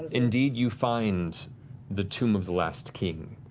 indeed you find the tomb of the last king.